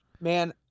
Man